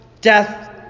death